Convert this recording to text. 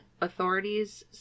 authorities